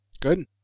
Good